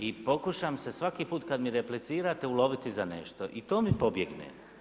I pokušam se svaki put, kad me replicirate uloviti za nešto i to mi pobjegne.